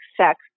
sex